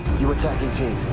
you attack eighteen!